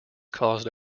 caused